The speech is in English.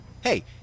hey